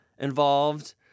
involved